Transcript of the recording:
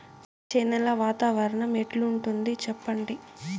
వచ్చే నెల వాతావరణం ఎట్లుంటుంది చెప్పండి?